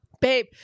babe